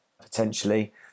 potentially